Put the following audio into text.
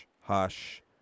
hush